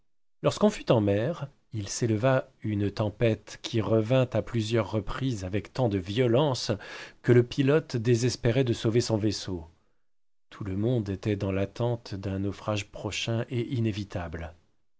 lorsqu'on fut en mer il s'éleva une tempête qui revint à plusieurs reprises avec tant de violence que le pilote désespérait de sauver son vaisseau tout le monde était dans l'attente d'un naufrage prochain et inévitable